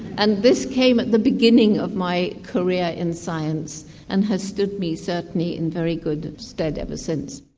and this came at the beginning of my career in science and has stood me certainly in very good stead every since.